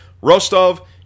Rostov